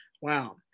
wow